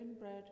bread